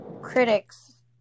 critics